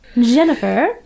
Jennifer